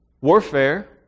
warfare